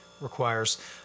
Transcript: requires